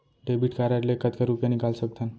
Debit card ले कतका रुपिया निकाल सकथन?